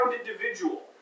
individual